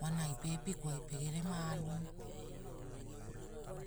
Wanai pe epikuai pegerema alu,